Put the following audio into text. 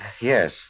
Yes